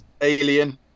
Alien